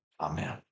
Amen